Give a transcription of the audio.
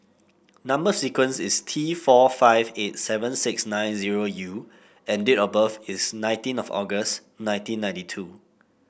number sequence is T four five eight seven six nine zero U and date of birth is nineteen of August nineteen ninety two